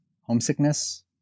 homesickness